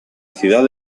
ciudad